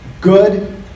good